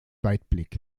weitblick